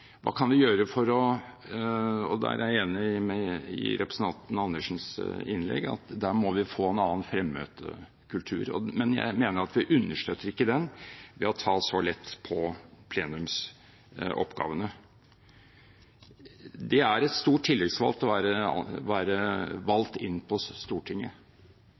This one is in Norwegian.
Hva kan vi gjøre? Og der er jeg enig med representanten Karin Andersen i at her må vi få en annen fremmøtekultur. Men jeg mener at vi understøtter ikke den ved å ta så lett på plenumsoppgavene. Det er et stort tillitsverv å være valgt inn på Stortinget.